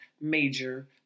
Major